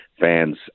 fans